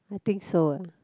I think so uh